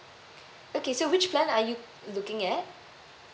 okay so which plan are you looking at